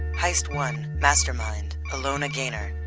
heist one. mastermind, alona ganer.